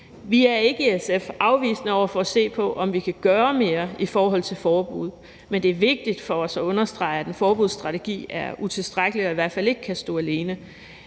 Vi er i SF ikke afvisende over for at se på, om vi kan gøre mere i forhold til forbud, men det er vigtigt for os at understrege, at en forbudsstrategi er utilstrækkelig og i hvert fald ikke kan stå alene.